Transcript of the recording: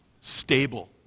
stable